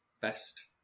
best